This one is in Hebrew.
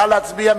נא להצביע.